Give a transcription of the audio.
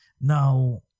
Now